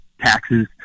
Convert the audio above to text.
taxes